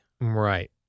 Right